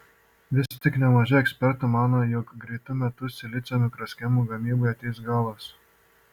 vis tik nemažai ekspertų mano jog greitu metu silicio mikroschemų gamybai ateis galas